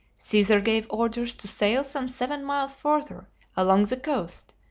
caesar gave orders to sail some seven miles farther along the coast,